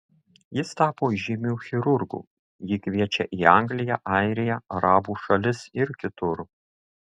jis tapo žymiu chirurgu jį kviečia į angliją airiją arabų šalis ir kitur